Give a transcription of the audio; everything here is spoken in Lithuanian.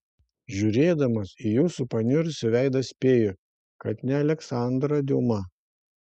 žiūrėdamas į jūsų paniurusį veidą spėju kad ne aleksandrą diuma